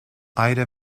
ida